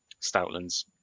Stoutland's